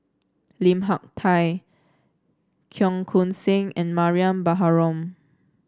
Lim Hak Tai Cheong Koon Seng and Mariam Baharom